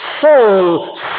soul